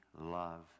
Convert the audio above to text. love